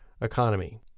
economy